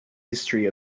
history